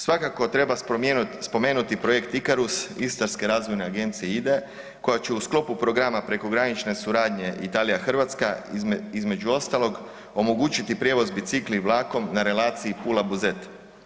Svakako treba spomenuti projekt Icarus, Istarske razvojne agencije IDA-e koja će u sklopu programa prekogranične suradnje Italija-Hrvatska, između ostalog omogućiti prijevoz bicikla i vlakom na relaciji Pula-Buzet.